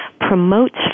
promotes